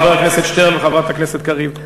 חבר הכנסת שטרן וחברת הכנסת קריב,